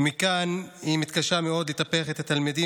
ולכן היא מתקשה מאוד לטפח את התלמידים